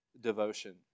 devotion